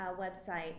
website